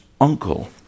uncle